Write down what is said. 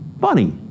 Funny